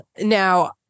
Now